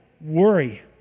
worry